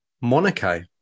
Monaco